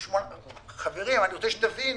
חברים, אני רוצה שתבינו,